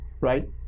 right